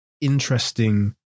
interesting